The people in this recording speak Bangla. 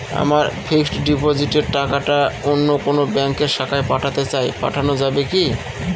আমার ফিক্সট ডিপোজিটের টাকাটা অন্য কোন ব্যঙ্কের শাখায় পাঠাতে চাই পাঠানো যাবে কি?